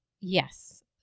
yes